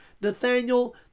Nathaniel